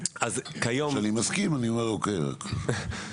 כשאני מסכים אני אומר רק אוקיי.